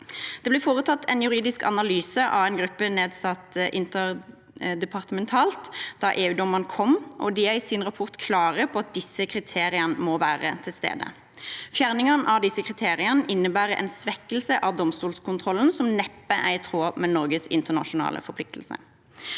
Det ble foretatt en juridisk analyse av en interdepartementalt nedsatt gruppe da EU-dommen kom, og gruppen er i sin rapport klar på at disse kriteriene må være til stede. Fjerningen av disse kriteriene innebærer en svekkelse av domstolskontrollen som neppe er i tråd med Norges internasjonale forpliktelser.